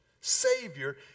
savior